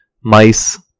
mice